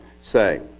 say